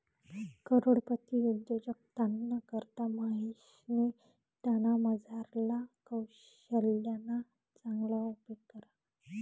करोडपती उद्योजकताना करता महेशनी त्यानामझारला कोशल्यना चांगला उपेग करा